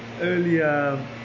earlier